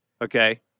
Okay